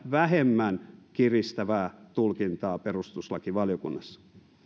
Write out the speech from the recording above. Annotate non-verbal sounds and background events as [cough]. [unintelligible] vähemmän kiristävää tulkintaa perustuslakivaliokunnassa